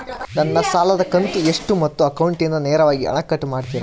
ನನ್ನ ಸಾಲದ ಕಂತು ಎಷ್ಟು ಮತ್ತು ಅಕೌಂಟಿಂದ ನೇರವಾಗಿ ಹಣ ಕಟ್ ಮಾಡ್ತಿರಾ?